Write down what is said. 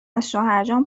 ازشوهرجان